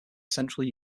central